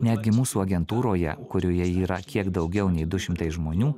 netgi mūsų agentūroje kurioje yra kiek daugiau nei du šimtai žmonių